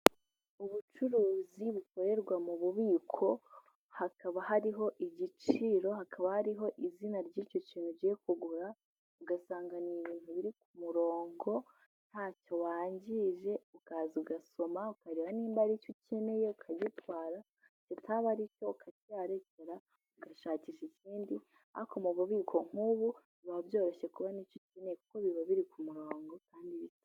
Ubucuruzi bukorerwa mu bubiko hakaba hariho igiciro, hakaba hariho izina ry'icyo kintu ugiye kugura ugasanga ni ibintu biri ku murongo ntacyo wangije ukaza ugasoma ukareba niba ari icyo ukeneye ukagitwara, ataba ari icyo ukakiharekera ugashakisha ikindi ariko mu bubiko nk'ubu biba byoroshye kubona icyo ukeneye kuko biba biri ku murongo,,,